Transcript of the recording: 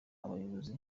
abayobozi